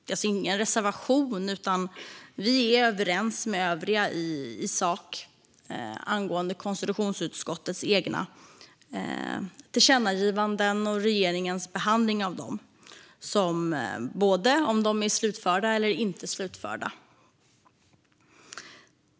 Det är alltså ingen reservation, utan vi är överens med övriga i sak angående konstitutionsutskottets egna tillkännagivanden och regeringens behandling av dem. Det gäller både det som är slutfört och det som inte är slutfört.